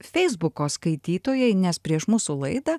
feisbuko skaitytojai nes prieš mūsų laidą